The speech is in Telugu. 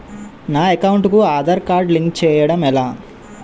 నా అకౌంట్ కు ఆధార్ కార్డ్ లింక్ చేయడం ఎలా?